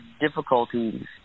difficulties